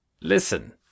Listen